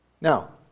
Now